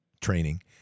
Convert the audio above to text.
training